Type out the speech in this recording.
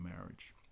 marriage